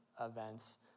events